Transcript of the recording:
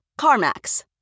CarMax